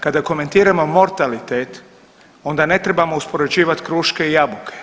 Kada komentiramo mortalitet onda ne trebamo uspoređivati kruške i jabuke.